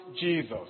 Jesus